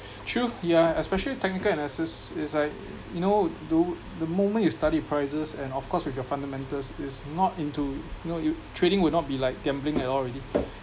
true yeah especially technical analysis is like you know the the moment you study prices and of course with your fundamentals it's not into know you trading will not be like gambling at all already